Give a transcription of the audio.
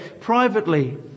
privately